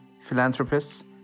philanthropists